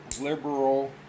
liberal